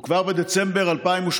וכבר בדצמבר 2018,